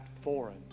foreign